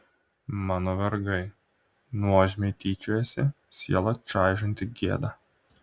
mano vergai nuožmiai tyčiojasi sielą čaižanti gėda